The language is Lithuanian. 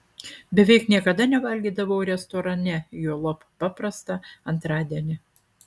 beveik niekada nevalgydavau restorane juolab paprastą antradienį